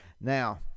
Now